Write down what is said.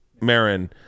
Marin